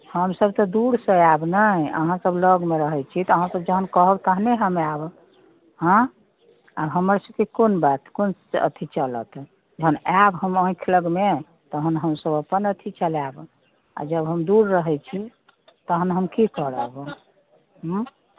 हमसब तऽ दूर सँ आयब ने अहाँ सब लगमे रहै छी तऽ अहाँ सब जहन कहब तहने हम आयब हँ आओर हमर सबके कोन बात कोन अथी चलत जहन हम आयब हम ऑँखि लगमे तहन हमसब अपन अथी चलायब आओर जब हम दूर रहै छी तहन हम की करब